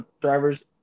drivers